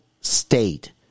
state